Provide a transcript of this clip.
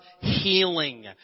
healing